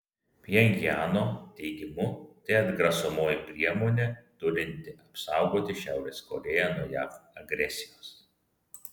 pchenjano teigimu tai atgrasomoji priemonė turinti apsaugoti šiaurės korėją nuo jav agresijos